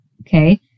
okay